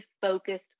focused